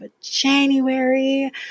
January